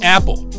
Apple